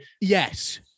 Yes